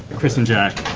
chris and jack!